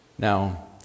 Now